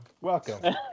welcome